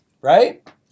right